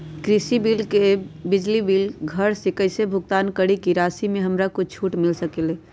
कृषि बिजली के बिल घर से कईसे भुगतान करी की राशि मे हमरा कुछ छूट मिल सकेले?